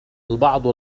البعض